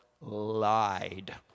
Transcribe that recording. lied